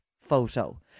photo